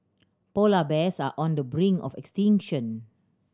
polar bears are on the brink of extinction